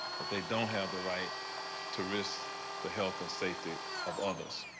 but they don't have the right to ris the health and safety of all this.